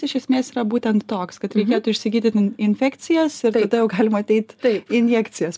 iš esmės yra būtent toks kad reikėtų išsigydyt in infekcijas ir tada jau galima ateit tai injekcijas